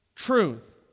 truth